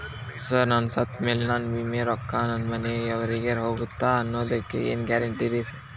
Sir ನಾನು ಸತ್ತಮೇಲೆ ನನ್ನ ವಿಮೆ ರೊಕ್ಕಾ ನನ್ನ ಮನೆಯವರಿಗಿ ಹೋಗುತ್ತಾ ಅನ್ನೊದಕ್ಕೆ ಏನ್ ಗ್ಯಾರಂಟಿ ರೇ?